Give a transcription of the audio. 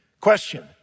Question